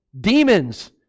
demons